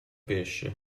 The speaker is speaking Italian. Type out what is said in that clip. pesce